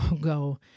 go